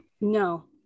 No